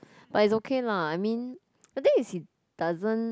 but it's okay lah I mean the thing is he doesn't